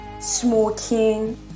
smoking